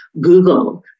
Google